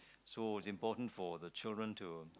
so it is important for the children to